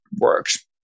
works